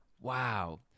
Wow